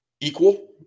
equal